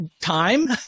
time